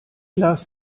las